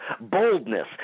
Boldness